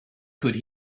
could